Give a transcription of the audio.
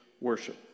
worship